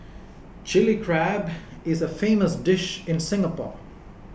Chilli Crab is a famous dish in Singapore